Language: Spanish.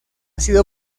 sido